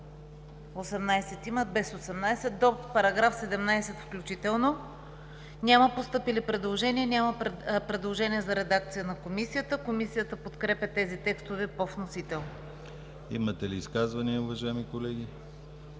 Имате ли изказвания, уважаеми колеги?